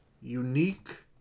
unique